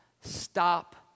Stop